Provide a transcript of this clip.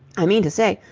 i mean to say,